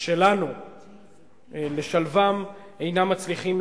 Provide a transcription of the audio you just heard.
שלנו לשלבם, אינם מצליחים.